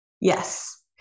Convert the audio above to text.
Yes